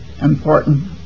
important